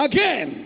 Again